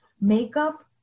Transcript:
makeup